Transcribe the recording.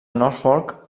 norfolk